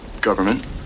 Government